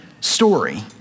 story